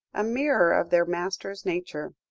a mirror of their master's nature.